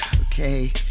Okay